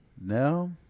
No